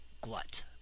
glut